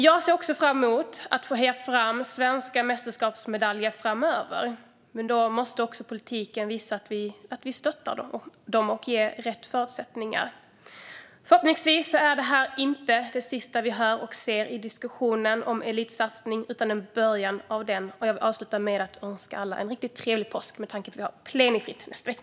Jag ser också fram emot att få heja fram svenska mästerskapsmedaljer framöver, men då måste också politiken visa att vi stöttar dem och ger dem rätt förutsättningar. Förhoppningsvis är det här inte det sista vi hör och ser i diskussionen om elitsatsning utan en början av den. Med tanke på att det är plenifritt i nästa vecka vill jag avsluta med att önska alla en riktigt trevlig påsk!